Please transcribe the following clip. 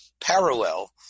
parallel